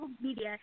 media